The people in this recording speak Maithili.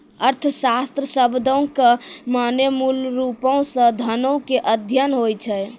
अर्थशास्त्र शब्दो के माने मूलरुपो से धनो के अध्ययन होय छै